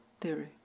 theory